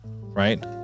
right